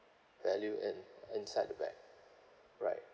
value in inside the bag right